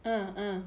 uh uh